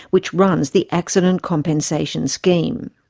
which runs the accident compensation scheme.